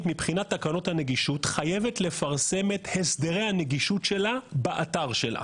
מבחינת תקנות הנגישות חייבת לפרסם את הסדרי הנגישות שלה באתר שלה.